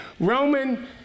Roman